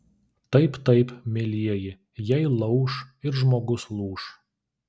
taip taip mielieji jei lauš ir žmogus lūš